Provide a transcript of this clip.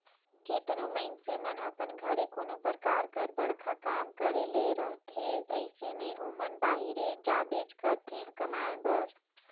केतनो मइनसे मन अपन घरे कोनो परकार कर बड़खा काम करे ले रहथे अइसे में ओमन बाहिरे जाबेच करथे कमाए बर